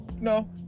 no